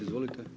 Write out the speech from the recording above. Izvolite.